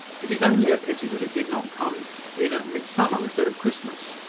it is only a pity that it did not come in at midsummer instead of christmas.